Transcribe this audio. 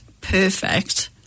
perfect